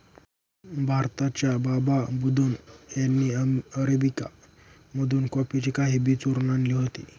भारताच्या बाबा बुदन यांनी अरेबिका मधून कॉफीचे काही बी चोरून आणले होते